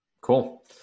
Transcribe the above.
Cool